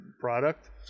product